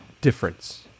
difference